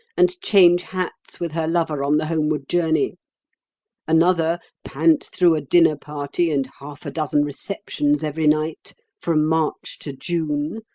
and change hats with her lover on the homeward journey another pant through a dinner-party and half a dozen receptions every night from march to june,